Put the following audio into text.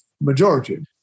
majority